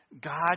God